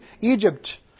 Egypt